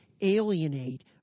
alienate